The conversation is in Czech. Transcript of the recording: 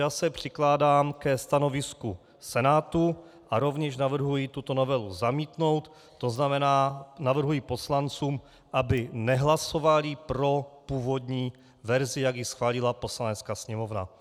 Já se přikláním ke stanovisku Senátu a rovněž navrhuji tuto novelu zamítnout, to znamená, navrhuji poslancům, aby nehlasovali pro původní verzi, jak ji schválila Poslanecká sněmovna.